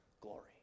glory